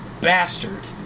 bastard